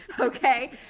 Okay